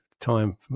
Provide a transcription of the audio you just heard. time